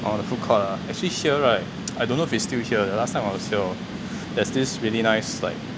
orh the food court ah actually here right I dont know if it's still here eh last time I was here hor there's this really nice like